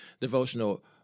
devotional